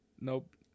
Nope